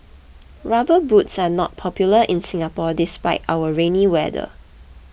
rubber boots are not popular in Singapore despite our rainy weather